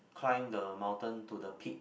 climb the mountain to the peak